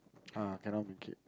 ah cannot make it